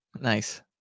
Nice